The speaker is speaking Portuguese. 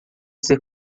ser